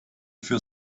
für